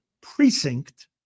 precinct